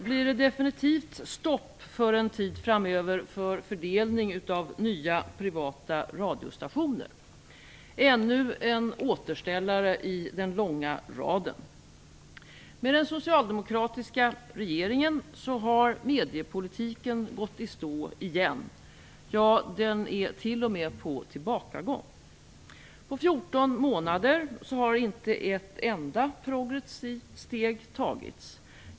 Herr talman! Nu blir det för en tid framöver definitivt stopp för fördelning av nya privata radiostationer. Det handlar om ännu en återställare i den långa raden. Med den socialdemokratiska regeringen har mediepolitiken gått i stå igen; ja den är t.o.m. på tillbakagång. På 14 månader har inte ett enda progressivt steg tagits.